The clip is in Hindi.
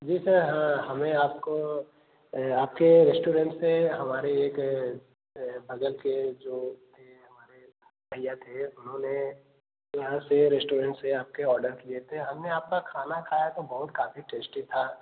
जी सर हाँ हमें आपको आपके रेस्टोरेंट से हमारे एक बगल के जो थे हमारे भैया थे उन्होंने यहाँ से रेस्टोरेंट से आपके आर्डर किए थे हमने आपका खाना खाया तो बहुत काफी टेस्टी था